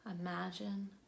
Imagine